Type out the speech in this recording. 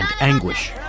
anguish